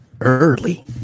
early